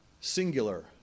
Singular